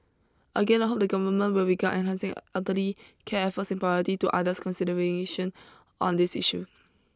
again I hope the Government will regard enhancing elderly care efforts in priority to others consideration on this issue